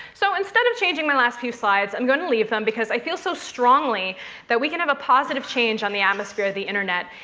so instead of changing my last few slides, i'm going to leave them, because i feel so strongly that we can have a positive change on the atmosphere of the internet,